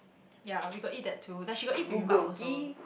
ya we got eat that two then she got eat bibimbap also